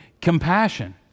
Compassion